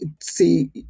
see